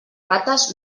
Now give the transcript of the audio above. rates